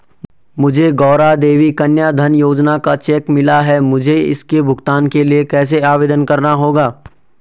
मुझे गौरा देवी कन्या धन योजना का चेक मिला है मुझे इसके भुगतान के लिए कैसे आवेदन करना होगा?